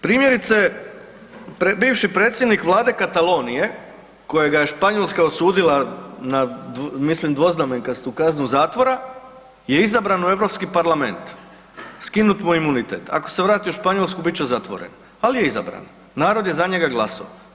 Primjerice bivši predsjednik vlade Catalan je kojeg je Španjolska osudila na mislim dvoznamenkastu kaznu zatvora, je izabran u Europski parlament, skinut mu je imunitet, ako se vrati u Španjolsku bit će zatvoren, ali je izabran, narod je za njega glasovao.